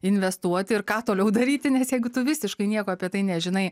investuoti ir ką toliau daryti nes jeigu tu visiškai nieko apie tai nežinai